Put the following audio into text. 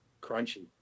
Crunchy